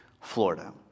Florida